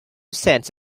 cents